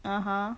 (uh huh)